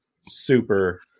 super